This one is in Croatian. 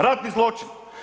Ratni zločin.